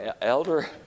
Elder